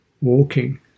Walking